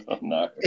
No